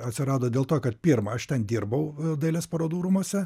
atsirado dėl to kad pirma aš ten dirbau dailės parodų rūmuose